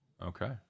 Okay